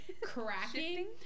cracking